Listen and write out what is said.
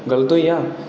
गलत होई गेआ